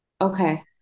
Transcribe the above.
Okay